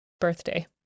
birthday